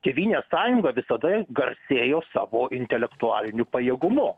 tėvynės sąjunga visada garsėjo savo intelektualiniu pajėgumu